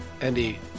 Andy